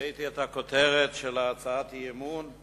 ראיתי את הכותרת של הצעת האי-אמון: